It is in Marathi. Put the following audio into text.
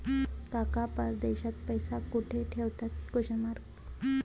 काका परदेशात पैसा कुठे ठेवतात?